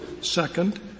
Second